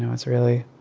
it's really